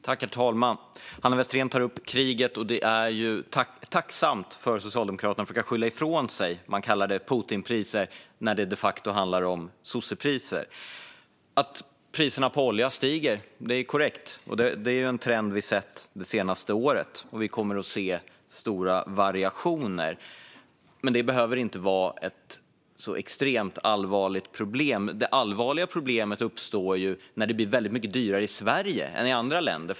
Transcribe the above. Herr talman! Hanna Westerén tar upp kriget, och det är tacksamt för Socialdemokraterna att kunna skylla ifrån sig. Man kallar det Putinpriser när det de facto handlar om sossepriser. Att priserna på olja stiger är korrekt. Det är en trend som vi har sett det senaste året, och vi kommer att se stora variationer. Men det behöver inte vara ett så extremt allvarligt problem. Det allvarliga problemet uppstår när det blir väldigt mycket dyrare i Sverige än i andra länder.